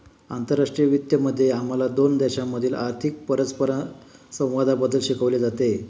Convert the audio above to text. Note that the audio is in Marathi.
आंतरराष्ट्रीय वित्त मध्ये आम्हाला दोन देशांमधील आर्थिक परस्परसंवादाबद्दल शिकवले जाते